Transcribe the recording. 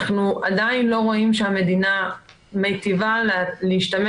אנחנו עדיין לא רואים שהמדינה מטיבה להשתמש